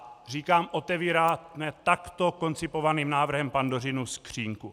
A říkám, otevíráme takto koncipovaným návrhem Pandořinu skříňku.